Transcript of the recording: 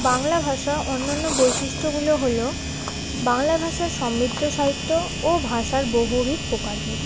বাংলা ভাষা অন্যান্য বৈশিষ্ট্যগুলো হলো বাংলা ভাষার সমৃদ্ধ সাহিত্য ও ভাষার বহুবিধ প্রকারভেদ